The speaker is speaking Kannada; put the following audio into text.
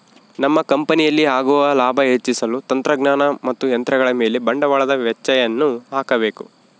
ನಮ್ಮ ಕಂಪನಿಯಲ್ಲಿ ಆಗುವ ಲಾಭ ಹೆಚ್ಚಿಸಲು ತಂತ್ರಜ್ಞಾನ ಮತ್ತು ಯಂತ್ರಗಳ ಮೇಲೆ ಬಂಡವಾಳದ ವೆಚ್ಚಯನ್ನು ಹಾಕಬೇಕು